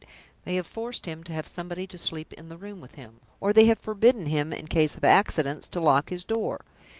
they have forced him to have somebody to sleep in the room with him, or they have forbidden him, in case of accidents, to lock his door.